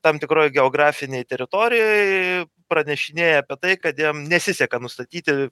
tam tikroj geografinėj teritorijoj pranešinėja apie tai kad jiem nesiseka nustatyti